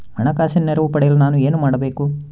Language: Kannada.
ಹಣಕಾಸಿನ ನೆರವು ಪಡೆಯಲು ನಾನು ಏನು ಮಾಡಬೇಕು?